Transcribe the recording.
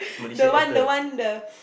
the one the one the